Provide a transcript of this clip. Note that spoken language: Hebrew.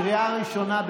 קריאה ראשונה.